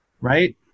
right